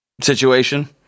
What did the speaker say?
situation